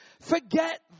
Forget